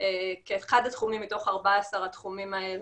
כאחד התחומים מתוך 14 התחומים האלה,